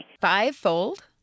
Five-fold